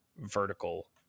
vertical